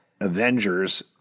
Avengers